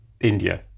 india